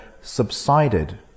subsided